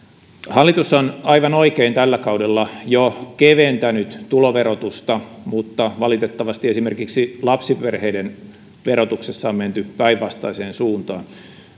hallitus on aivan oikein tällä kaudella jo keventänyt tuloverotusta mutta valitettavasti esimerkiksi lapsiperheiden verotuksessa on menty päinvastaiseen suuntaan